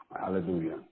Hallelujah